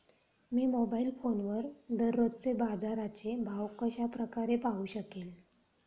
मी mobile फोनवर दररोजचे बाजाराचे भाव कशा प्रकारे पाहू शकेल?